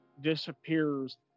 disappears